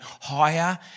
higher